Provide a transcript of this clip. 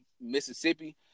Mississippi